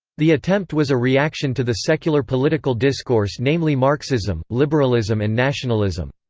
the attempt was a reaction to the secular political discourse namely marxism, liberalism and nationalism.